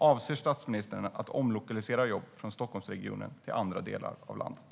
Avser statsministern att omlokalisera jobb från Stockholmsregionen till andra delar av landet?